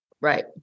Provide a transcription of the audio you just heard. Right